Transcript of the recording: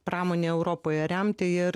pramonę europoje remti ir